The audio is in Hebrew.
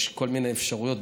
יש כל מיני אפשרויות,